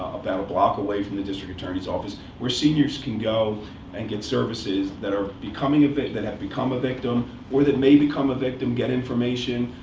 about a block away from the district attorney's office, where seniors can go and get services that are becoming a that have become a victim, or that may become a victim, get information,